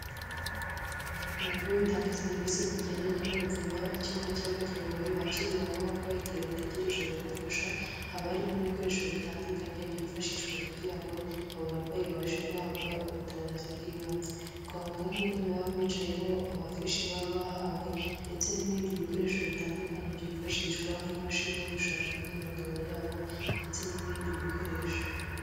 Mu bigo bitanga serivisi zigendanye n'ubuzima, icyumba cyabugenewe bakiriramo abarwayi igihe bategereje ababafasha, haba harimo ibikoresho bitandukanye byifashishwa kugira ngo abo barwayi babashe guhabwa ubutabazi bw'ibanze, twavuga nk'intebe baba bicayeho, amafishi baba bahawe ndetse n'ibindi bikoresho bitandukanye byifashishwa nk'imashini yo gushaka imyirondoro yabo ndetse n'ibindi bikoresho.